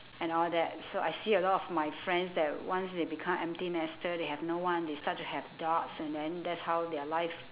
and all that so I see a lot of my friends that once they become empty nester they have no one they start to have dogs and then that's how their life